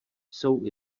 jsou